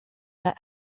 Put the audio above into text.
that